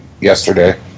yesterday